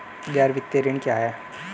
गैर वित्तीय ऋण क्या है?